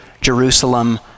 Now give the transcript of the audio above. Jerusalem